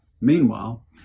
Meanwhile